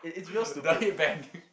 the head bang